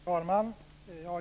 Fru talman!